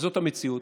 וזאת המציאות,